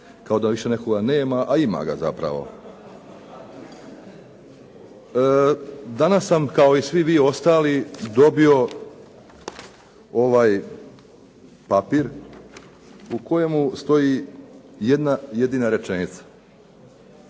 kao da više nekoga nema, a ima ga zapravo. Danas sam kao i svi vi ostali dobio ovaj papir u kojemu stoji jedna jedina rečenica.